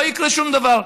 לא יקרה שום דבר.